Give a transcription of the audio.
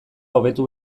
hobetu